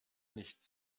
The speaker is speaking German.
nicht